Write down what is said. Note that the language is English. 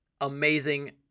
amazing